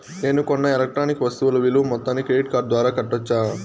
నేను కొన్న ఎలక్ట్రానిక్ వస్తువుల విలువ మొత్తాన్ని క్రెడిట్ కార్డు ద్వారా కట్టొచ్చా?